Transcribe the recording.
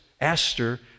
aster